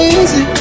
easy